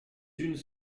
unes